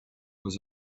was